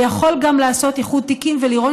ויכול גם לעשות איחוד תיקים ולראות